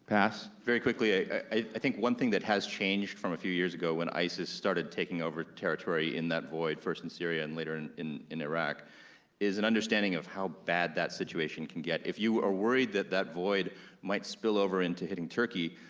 pass. very quickly, i i think one thing that has changed from a few years ago when isis started taking over territory in that void first in syria and later in in iraq is an understanding of how bad that situation can get. if you are worried that that void might spill over into hitting turkey,